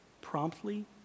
promptly